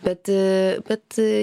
bet bet